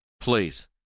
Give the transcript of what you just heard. Please